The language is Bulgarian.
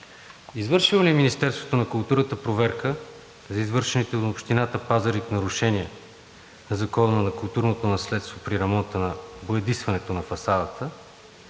извършило ли е Министерството на културата проверка за извършените от Община Пазарджик нарушения на Закона за културното наследство при ремонта и боядисването на фасадата